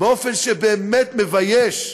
באופן שבאמת מבייש,